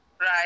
right